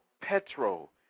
petrol